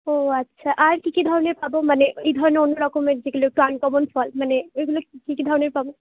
ও আচ্ছা আর কী কী ধরনের পাব মানে এই ধরনের অন্যরকমের যেগুলো একটু আনকমন ফল মানে এইগুলো কী কী ধরনের পাব